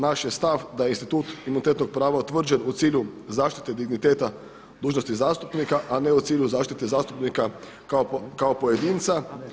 Naš je stav da institut imunitetnog prava utvrđen u cilju zaštite digniteta dužnosti zastupnika a ne u cilju zaštite zastupnika kako pojedinca.